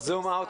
מספר החולים